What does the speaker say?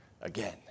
again